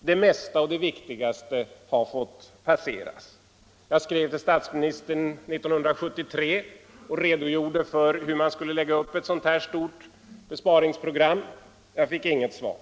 Det mesta och viktigaste har dock fått passera. Jag skrev till statsministern 1973 och redogjorde för hur man skulle lägga upp ett stort besparingsprogram. Jag fick inget svar.